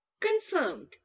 Confirmed